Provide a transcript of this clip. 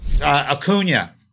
Acuna